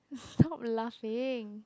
stop laughing